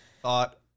thought